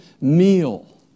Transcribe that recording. meal